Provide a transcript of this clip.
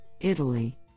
Italy